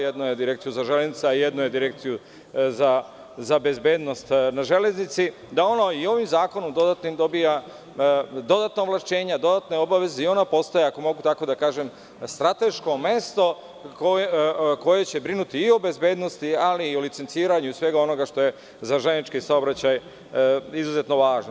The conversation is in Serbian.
Jedno je Direkcija za železnice, a drugo je Direkcija za bezbednost na železnici, da ona i ovim dodatnim zakonom dobija dodatna ovlašćenja, dodatne obaveze i ona postaje, ako mogu tako da kažem strateško mesto koje će brinuti i o bezbednosti, ali i o licenciranju svega onoga što je za železnički saobraćaj izuzetno važno.